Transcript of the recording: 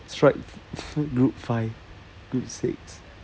strike group five group six